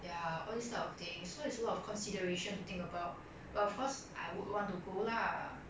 ya all this type of thing so it's a lot of consideration to think about but of course I would want to go lah